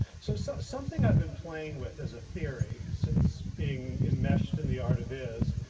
so so something i've been playing with as a theory since being in meshed in the art of is,